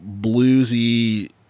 bluesy